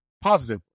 positive